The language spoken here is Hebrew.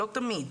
לא תמיד,